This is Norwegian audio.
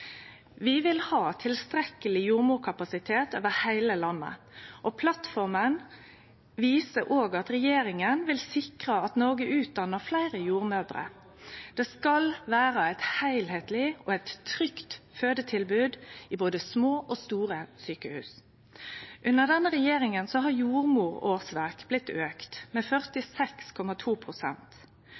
Vi vil ha tilstrekkeleg jordmorkapasitet over heile landet. Plattforma viser òg at regjeringa vil sikre at Noreg utdannar fleire jordmødrer. Det skal vere eit heilskapleg og trygt fødetilbod i både små og store sjukehus. Under denne regjeringa har jordmorårsverk auka med